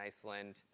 Iceland